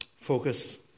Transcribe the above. Focus